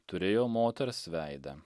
turėjo moters veidą